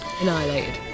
annihilated